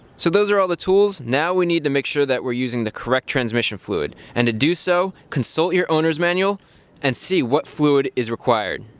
so those are all the tools, now we need to make sure that we're using the correct transmission fluid, and to do so, consult your owner's manual and see what fluid is required.